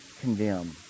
condemn